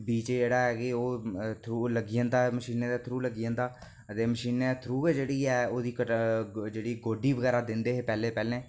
बीज जेहडा है कि ओह् लग्गी जंदा मशीनें दे थ्रू लग्गी जंदा दे मशीनें दे थ्रू गै जेहड़ी ऐ ओह्दी गोड्डी बगैरा दिंदे हे पैह्लें पैह्लें